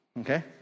Okay